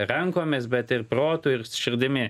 rankomis bet ir protu ir širdimi